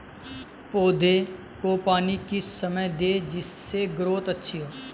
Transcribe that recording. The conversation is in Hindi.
पौधे को पानी किस समय दें जिससे ग्रोथ अच्छी हो?